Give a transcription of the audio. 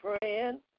praying